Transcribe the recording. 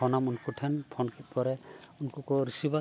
ᱯᱷᱚᱱᱟᱢ ᱩᱱᱠᱩ ᱴᱷᱮᱱ ᱯᱷᱳᱱ ᱠᱮᱫ ᱯᱚᱨᱮ ᱩᱱᱠᱩᱠᱚ ᱨᱤᱥᱤᱵᱟ